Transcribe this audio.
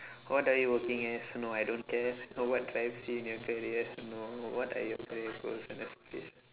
what are you working as no I don't care what drives you in your career no what are your career goals and aspiration